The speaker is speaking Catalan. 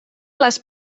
les